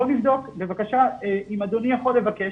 בואו נבדוק בבקשה אם אדוני יכול לבקש,